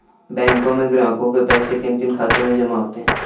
बैंकों में ग्राहकों के पैसे किन किन खातों में जमा होते हैं?